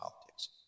politics